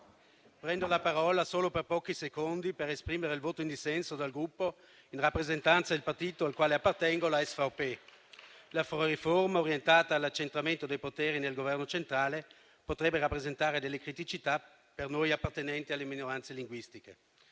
prendo la parola solo per pochi secondi per esprimere il voto in dissenso dal Gruppo in rappresentanza della componente SVP alla quale appartengo. La riforma orientata all'accentramento dei poteri del Governo centrale potrebbe rappresentare delle criticità per noi appartenenti alle minoranze linguistiche.